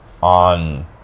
on